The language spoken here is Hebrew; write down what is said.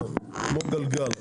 זה כמו גלגל,